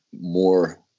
more